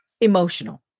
emotional